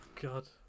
God